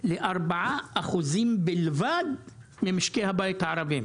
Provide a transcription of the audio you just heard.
לארבעה אחוזים בלבד ממשקי הבית הערביים.